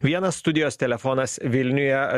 vienas studijos telefonas vilniuje